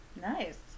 nice